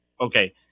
Okay